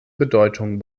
bedeutung